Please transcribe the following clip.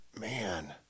man